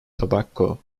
tobacco